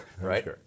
right